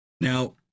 Now